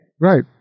Right